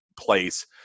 place